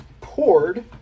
poured